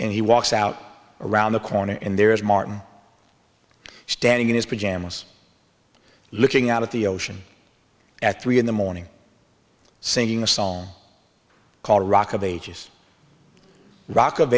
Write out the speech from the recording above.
and he walks out around the corner and there is martin standing in his pajamas looking out at the ocean at three in the morning singing a song called rock of ages rock of